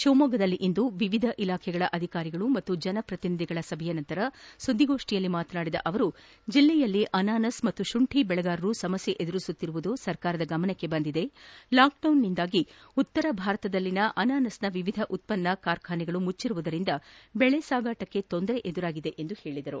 ಶಿವಮೊಗ್ಗದಲ್ಲಿ ವಿವಿಧ ಇಲಾಖಾ ಅಧಿಕಾರಿಗಳು ಪಾಗೂ ಜನಪ್ರತಿನಿಧಿಗಳ ಸಭೆ ನಂತರ ಸುದ್ದಿಗೋಷ್ಠಿಯಲ್ಲಿ ಮಾತನಾಡಿದ ಅವರು ಜಿಲ್ಲೆಯಲ್ಲಿ ಅನಾನಸ್ ಹಾಗೂ ಶುಂಠಿ ಬೆಳೆಗಾರರು ಸಮಸ್ಕೆ ಎದುರಿಸುತ್ತಿರುವುದು ಸರ್ಕಾರದ ಗಮನಕ್ಕೆ ಬಂದಿದೆ ಲಾಕ್ಡೌನ್ನಿಂದಾಗಿ ಉತ್ತರ ಭಾರತದಲ್ಲಿನ ಅನಾನಸ್ನ ವಿವಿಧ ಉತ್ತನ್ನ ಕಾರ್ಖಾನೆಗಳು ಮುಚ್ಚಿರುವುದರಿಂದ ಬೆಳೆ ಸಾಗಾಟಕ್ಕೆ ತೊಂದರೆ ಎದುರಾಗಿದೆ ಎಂದು ಹೇಳದರು